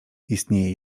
istnieje